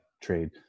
trade